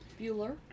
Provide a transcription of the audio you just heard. Bueller